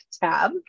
tab